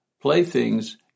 playthings